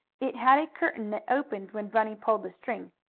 it had a curtain that opened when bunny pulled the string.